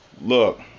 Look